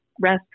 rest